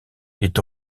est